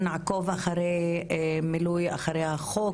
נעקוב אחרי מילוי החוק,